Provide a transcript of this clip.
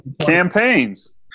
campaigns